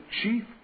chief